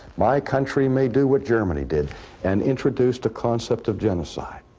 my country may do what germany did and introduce the concept of genocide.